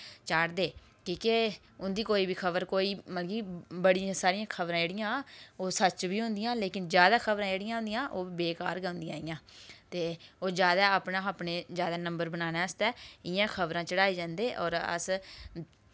चाढ़दे कि के उं'दी कोई बी खबर मतलव कि बड़ियां सारियां खबरां जेह्ड़ियां ओह् सच्च बी होंदियां पर जैदा खबरां जेह्ड़ियां होंदियां ओह् बेकार गै होंदियां इ'यां ते ओह् जैदा अपनै शा अपने जैदा नम्बर बनाने आस्तै इ'यां खबरां चढ़ाई जंदे और अस